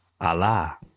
Allah